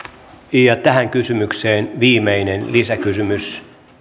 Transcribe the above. ja tähän kysymykseen viimeinen lisäkysymys